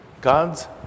God's